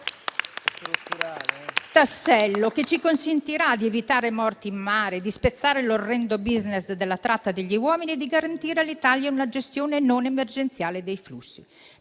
tassello che ci consentirà di evitare morti in mare, di spezzare l'orrendo *business* della tratta degli uomini e di garantire all'Italia una gestione non emergenziale dei flussi.